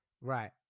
right